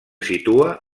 situa